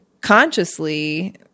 consciously